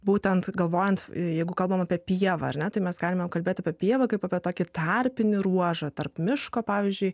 būtent galvojant jeigu kalbam apie pievą ar ne tai mes galime kalbėti apie pievą kaip apie tokį tarpinį ruožą tarp miško pavyzdžiui